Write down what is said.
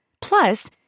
Plus